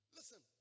Listen